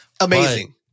Amazing